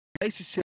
relationship